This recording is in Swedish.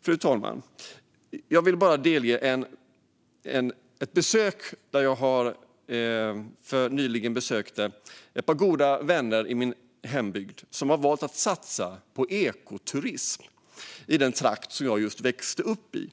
Fru talman! Jag besökte nyligen ett par goda vänner i min hembygd som har valt att satsa på ekoturism i den trakt som jag växte upp i.